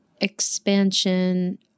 expansion